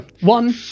one